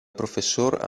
professor